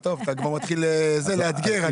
אתה מתחיל לאתגר.